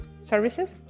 services